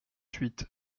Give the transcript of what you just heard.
huit